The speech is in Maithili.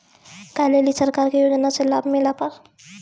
गाय ले ली सरकार के योजना से लाभ मिला पर?